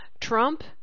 Trump